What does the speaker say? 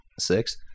six